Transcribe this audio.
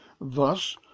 Thus